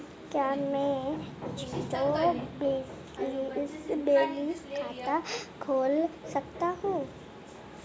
क्या मैं zero balance खाता खोल सकता हूँ?